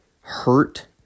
hurt